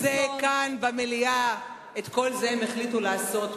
כל זה כאן במליאה, את כל זה הם החליטו לעשות פה.